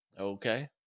Okay